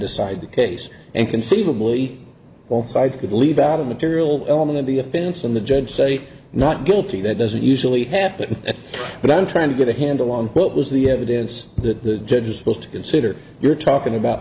decide the case and conceivably all sides could leave out a material element of the events and the judge say not guilty that doesn't usually happen but i'm trying to get a handle on what was the evidence that the judge is supposed to consider you're talking about